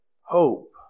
hope